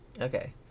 Okay